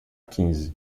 quinze